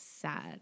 Sad